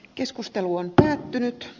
keskustelu on päättynyt